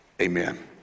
amen